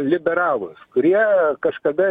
liberalūs kurie kažkada